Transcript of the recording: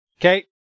Okay